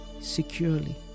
securely